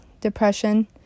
depression